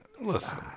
Listen